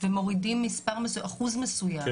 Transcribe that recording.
ומורידים מספר, אחוז מסוים.